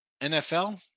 NFL